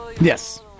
Yes